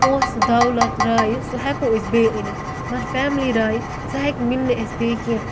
پونٛسہٕ دَولَت رایہِ سُہ ہٮ۪کو أسۍ بیٚیہِ أنِتھ مگر فیملی رایہِ سۄ ہٮ۪کہِ نہٕ مِلہِ نہٕ اَسہِ بیٚیہِ کینٛہہ